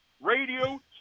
radio